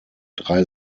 drei